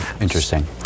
Interesting